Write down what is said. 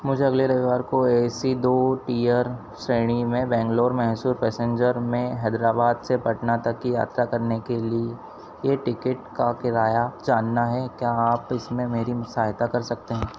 मुझे अगले रविवार को ए सी दो टियर श्रेणी में बैंगलोर मैसूर पैसेंजर में हैदराबाद से पटना तक की यात्रा करने के लिए टिकेट का किराया जानना है क्या आप इसमें मेरी सहायता कर सकते हैं